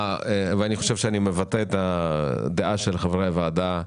אני חושב שזה מבטא את דעת חברי הוועדה.